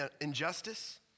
injustice